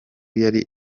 yari